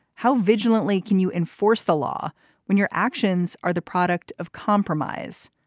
how vigilantly can you enforce the law when your actions are the product of compromise.